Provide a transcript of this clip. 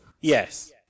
Yes